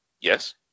Yes